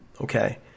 okay